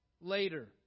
later